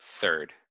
third